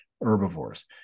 herbivores